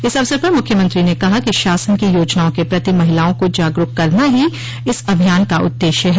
इस अवसर पर मुख्यमंत्री ने कहा कि शासन की योजनाओं के प्रति महिलाओं को जागरूक करना ही इस अभियान का उद्देश्य है